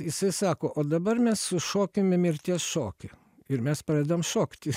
jisai sako o dabar mes sušokime mirties šokį ir mes pradedam šokti